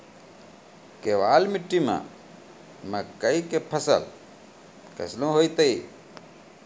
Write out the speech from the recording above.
केवाल मिट्टी मे मकई के फ़सल कैसनौ होईतै?